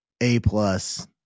A-plus